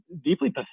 deeply